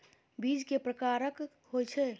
बीज केँ प्रकार कऽ होइ छै?